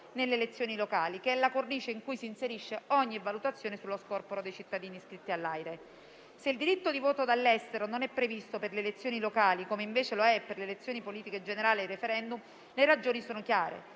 nelle elezioni locali, che è la cornice in cui si inserisce ogni valutazione sullo scorporo dei cittadini iscritti all'AIRE. Se il diritto di voto dall'estero non è previsto per le elezioni locali, come invece lo è per le elezioni politiche generali e per i *referendum*, le ragioni sono chiare.